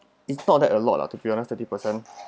it's not that a lot lah to be honest thirty percent